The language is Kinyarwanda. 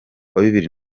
bibiri